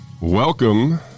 Welcome